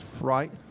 right